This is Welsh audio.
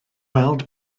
weld